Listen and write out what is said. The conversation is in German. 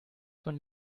von